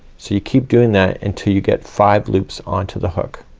so you keep doing that until you get five loops onto the hook.